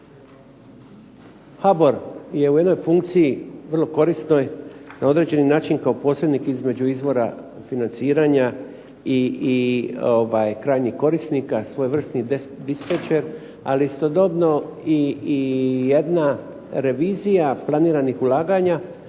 HBOR je u jednoj funkciji vrlo korisnoj i na određeni način kao posrednik između izvora financiranja i krajnjih korisnika, svojevrsni dispečer. Ali istodobno i jedna revizija planiranih ulaganja,